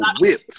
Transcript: whip